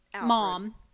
mom